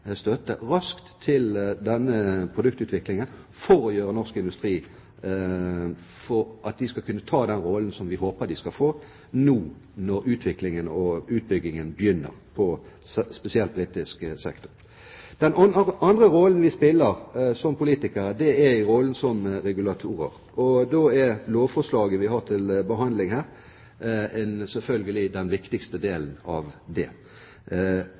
til denne produktutviklingen for at norsk industri skal kunne ta den rollen som vi håper de skal få nå når utviklingen og utbyggingen begynner, spesielt på britisk sektor. Den andre rollen vi som politikere spiller, er rollen som regulatorer. Det lovforslaget som vi her har til behandling, er selvfølgelig den viktigste delen av det,